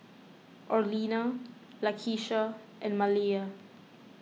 Orlena Lakeisha and Maleah